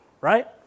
right